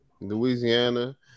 Louisiana